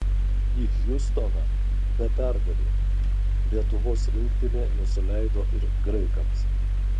į hjustoną be pergalių lietuvos rinktinė nusileido ir graikams